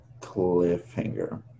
Cliffhanger